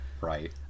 right